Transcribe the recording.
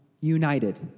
united